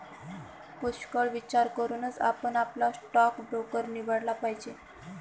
पुष्कळ विचार करूनच आपण आपला स्टॉक ब्रोकर निवडला पाहिजे